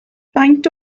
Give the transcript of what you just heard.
faint